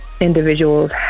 Individuals